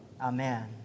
Amen